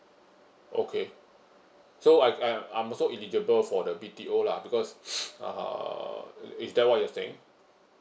okay so I I'm I'm also eligible for the B_T_O lah because uh is that what you are saying